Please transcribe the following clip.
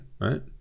right